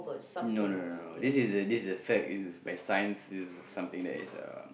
no no no no this is a this is a fact is by science this is something that is um